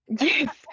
Yes